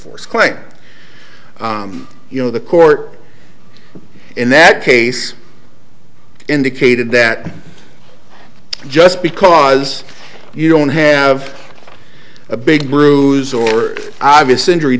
course quite you know the court in that case indicated that just because you don't have a big bruise or obvious injury